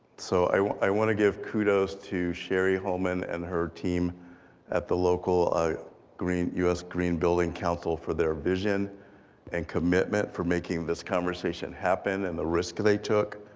so i wanna give kudos to cheri holman and her team at the local us green building council for their vision and commitment for making this conversation happen, and the risk they took